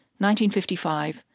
1955